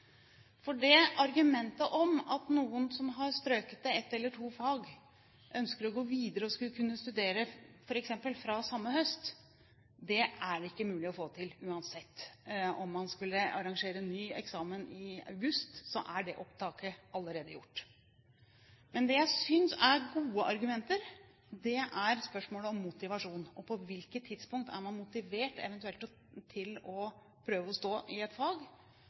ett eller to fag, ønsker å gå videre og studere f.eks. fra samme høst, er det ikke mulig å få det til. Uansett om man skulle arrangere ny eksamen i august, er det opptaket allerede gjort. Men det jeg synes er gode argumenter, gjelder motivasjon. På hvilket tidspunkt er man eventuelt motivert til å prøve å stå i et fag